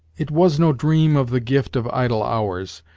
it was no dream of the gift of idle hours,